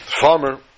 farmer